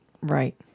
Right